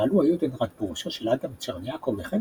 פעלו היודנראט בראשותו של אדם צ'רניאקוב וכן